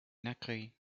nacré